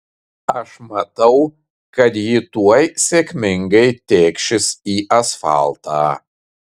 aš matau kad ji tuoj sėkmingai tėkšis į asfaltą